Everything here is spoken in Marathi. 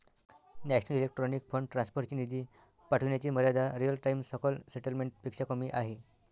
नॅशनल इलेक्ट्रॉनिक फंड ट्रान्सफर ची निधी पाठविण्याची मर्यादा रिअल टाइम सकल सेटलमेंट पेक्षा कमी आहे